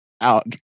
out